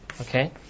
Okay